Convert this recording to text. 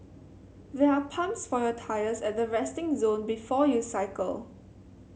there are pumps for your tyres at the resting zone before you cycle